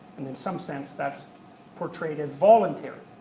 and in some sense that's portrayed as voluntary.